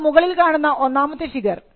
നമ്മൾ മുകളിൽ കാണുന്ന ഒന്നാമത്തെ ഫിഗറർ